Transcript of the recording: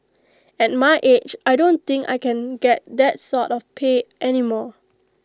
at my age I don't think I can get that sort of pay any more